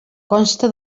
consta